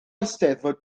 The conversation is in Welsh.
eisteddfod